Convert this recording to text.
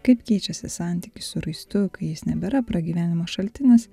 kaip keičiasi santykis su raistu kai jis nebėra pragyvenimo šaltinis